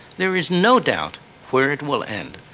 there is no doubt where it will end.